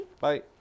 Bye